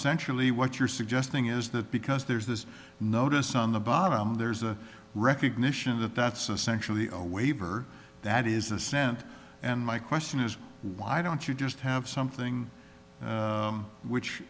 centrally what you're suggesting is that because there's this notice on the bottom there's a recognition that that's essentially a waiver that is assent and my question is why don't you just have something which